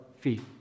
feet